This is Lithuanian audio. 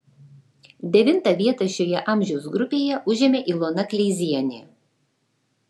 devintą vietą šioje amžiaus grupėje užėmė ilona kleizienė